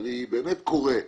אני באמת קורא מכאן.